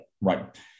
right